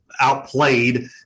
outplayed